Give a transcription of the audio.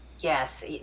Yes